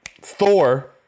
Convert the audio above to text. Thor